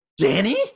Danny